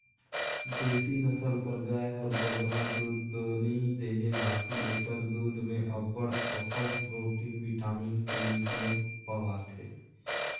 देसी नसल कर गाय हर बगरा दूद दो नी देहे बकि एकर दूद में अब्बड़ अकन प्रोटिन, बिटामिन, केल्सियम पवाथे